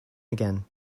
again